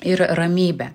ir ramybę